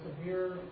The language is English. severe